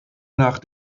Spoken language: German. nach